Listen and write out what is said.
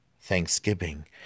thanksgiving